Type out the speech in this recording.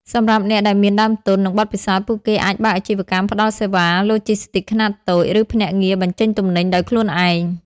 សម្រាប់អ្នកដែលមានដើមទុន និងបទពិសោធន៍ ពួកគេអាចបើកអាជីវកម្មផ្តល់សេវាឡូជីស្ទីកខ្នាតតូច ឬភ្នាក់ងារបញ្ចេញទំនិញដោយខ្លួនឯង។